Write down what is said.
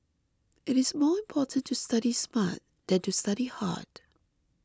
it is more important to study smart than to study hard